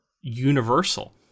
universal